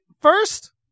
First